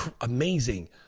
amazing